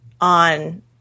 on